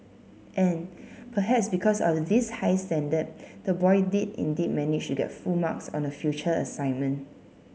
and perhaps because of this high standard the boy did indeed manage to get full marks on a future assignment